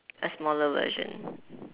a smaller version